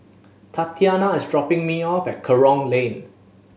Tatiana is dropping me off at Kerong Lane